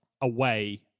away